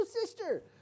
sister